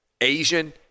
Asian